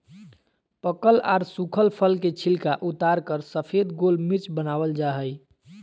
पकल आर सुखल फल के छिलका उतारकर सफेद गोल मिर्च वनावल जा हई